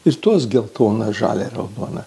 ir tos geltona žalia raudona